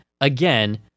again